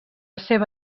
seva